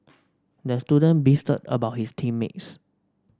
the student beefed about his team mates